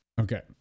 Okay